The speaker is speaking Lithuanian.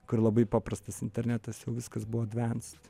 kur labai paprastas internetas jau viskas buvo dvens